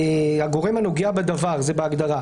הגורם הנוגע בדבר זה בהגדרה.